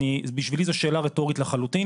בשבילי זה שאלה רטורית לחלוטין,